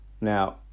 Now